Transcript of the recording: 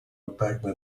opaque